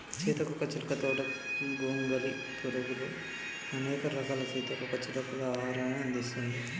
సీతాకోక చిలుక తోట గొంగలి పురుగులు, అనేక రకాల సీతాకోక చిలుకలకు ఆహారాన్ని అందిస్తుంది